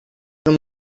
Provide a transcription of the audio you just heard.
been